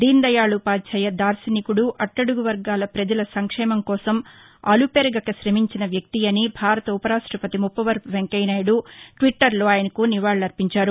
దీనదయాళ్ ఉపాధ్యాయ దార్భనికుడు అట్టడువర్గాల ప్రజల సంక్షేమం కోసం అలుపెరుగక శమించిన వ్యక్తి అని భారత ఉపరాష్ట్రపతి ముప్పవరపు వెంకయ్యనాయుడు ట్విట్టర్లో ఆయనకు నివాళులర్పించారు